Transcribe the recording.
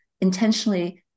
intentionally